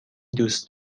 دوست